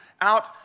out